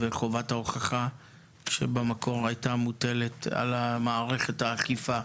וחובת ההוכחה שבמקור הייתה מוטלת על מערכת האכיפה.